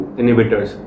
inhibitors